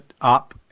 up